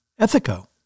Ethico